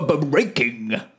Breaking